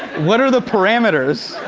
what are the parameters?